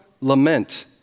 lament